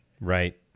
Right